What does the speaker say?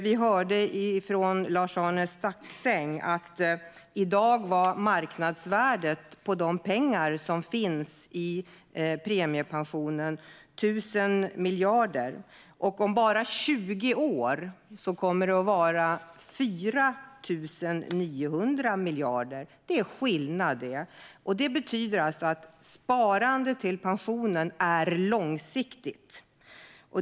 Vi hörde från Lars-Arne Staxäng att i dag var marknadsvärdet på de pengar som finns i premiepensionen 1 000 miljarder. Om bara 20 år kommer det att vara 4 900 miljarder. Det är skillnad det! Sparande till pensionen är långsiktigt.